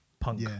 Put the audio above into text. Punk